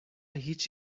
هیچ